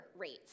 rates